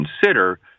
consider